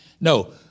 no